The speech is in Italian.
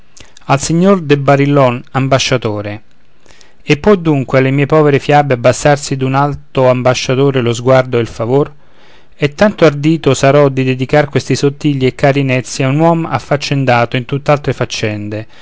e può dunque alle mie povere fiabe abbassarsi d'un alto ambasciatore lo sguardo ed il favor e tanto ardito sarò di dedicar queste sottili e care inezie a un uom affaccendato in tutt'altre faccende